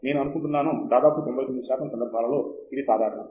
నేను అనుకుంటున్నాను దాదాపు 99 శాతం సందర్భాలలో ఇది సాధారణం